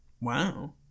Wow